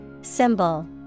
Symbol